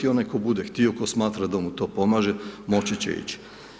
Onaj tko bude htio, tko smatra da mu to pomaže, moći će ići.